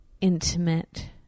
intimate